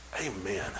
Amen